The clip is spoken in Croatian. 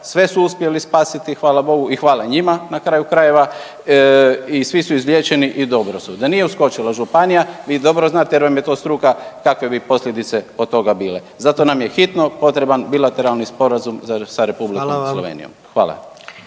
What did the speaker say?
sve su uspjeli spasiti hvala Bogu i hvala njima na kraju krajeva i svi su izliječeni i dobro su. Da nije uskočila županija vi dobro znate jer vam je to struka kakve bi posljedice od toga bile. Zato nam je hitno potreban bilateralni sporazum sa Republikom Slovenijom. Hvala.